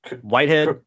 Whitehead